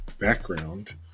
background